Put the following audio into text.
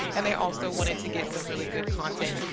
and they also wanted to get some really good content,